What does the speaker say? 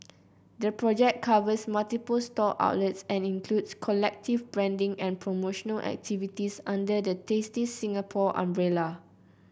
the project covers multiple store outlets and includes collective branding and promotional activities under the Tasty Singapore umbrella